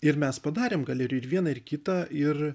ir mes padarėm galerijoj ir vieną ir kitą ir